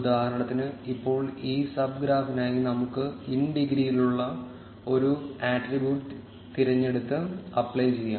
ഉദാഹരണത്തിന് ഇപ്പോൾ ഈ സബ് ഗ്രാഫിനായി നമുക്ക് ഇൻ ഡിഗ്രിയിലുള്ള ഒരു ആട്രിബ്യൂട്ട് തിരഞ്ഞെടുത്ത് അപ്ലൈ ചെയ്യാം